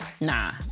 Nah